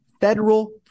federal